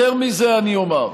יותר מזה, אני אומר: